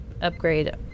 upgrade